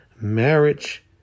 marriage